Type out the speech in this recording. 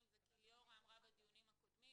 היא כי ליאורה אמרה בדיונים הקודמים